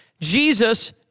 Jesus